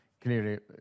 clearly